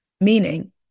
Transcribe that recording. Meaning